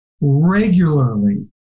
regularly